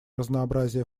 разнообразие